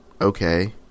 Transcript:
okay